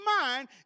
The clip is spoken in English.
mind